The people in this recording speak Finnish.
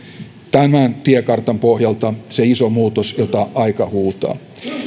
tämän tiekartan pohjalta se iso muutos jota aika huutaa